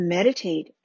Meditate